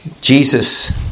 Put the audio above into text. Jesus